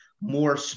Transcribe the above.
more